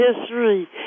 history